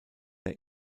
der